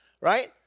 right